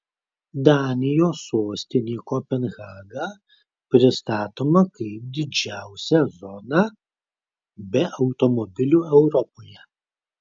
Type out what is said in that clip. danijos sostinė kopenhaga pristatoma kaip didžiausia zona be automobilių europoje